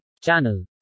Channel